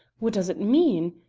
what does it mean?